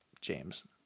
James